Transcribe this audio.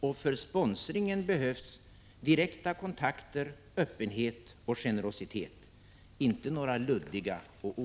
Och för sponsringen behövs direkta kontakter, öppenhet och generositet — inte några luddiga och = Prot.